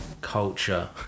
culture